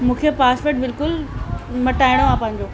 मूंखे पासवड बिल्कुलु मटाइणो आहे पंहिंजो